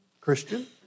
Christian